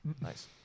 Nice